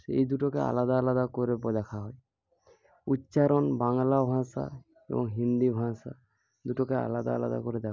এই দুটোকে আলাদা আলাদা করে বলা দেখা হয় উচ্চারণ বাংলা ভাষা এবং হিন্দি ভাষা দুটোকে আলাদা আলাদা করে দেখা হয়